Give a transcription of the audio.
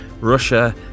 Russia